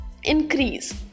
increase